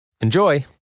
Enjoy